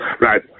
Right